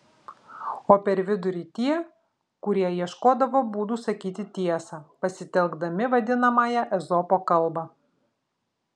o per vidurį tie kurie ieškodavo būdų sakyti tiesą pasitelkdami vadinamąją ezopo kalbą